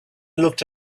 looked